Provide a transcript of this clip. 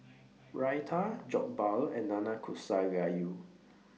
Raita Jokbal and Nanakusa Gayu